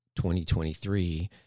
2023